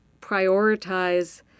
prioritize